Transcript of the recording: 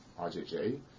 RJJ